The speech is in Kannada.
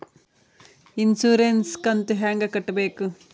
ಇನ್ಸುರೆನ್ಸ್ ಕಂತು ಹೆಂಗ ಕಟ್ಟಬೇಕು?